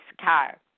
car